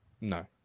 No